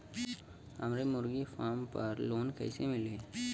हमरे मुर्गी फार्म पर लोन कइसे मिली?